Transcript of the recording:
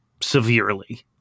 severely